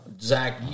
Zach